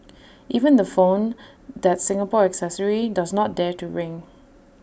even the phone that Singapore accessory does not dare to ring